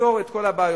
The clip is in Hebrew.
ותפתור את כל הבעיות.